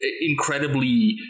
incredibly